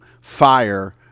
fire